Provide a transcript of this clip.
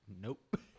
Nope